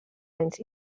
anys